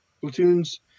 platoons